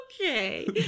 okay